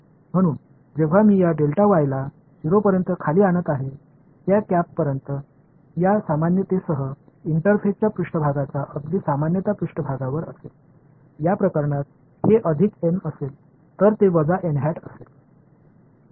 म्हणून जेव्हा मी या डेल्टा वायला 0 पर्यंत खाली आणत आहे त्या कॅप्स पर्यंत या सामान्यतेसह इंटरफेसच्या पृष्ठभागाच्या अगदी सामान्य पृष्ठभागावर असेल या प्रकरणात हे अधिक एन असेल तर ते वजा एन हॅट असेल